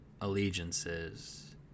allegiances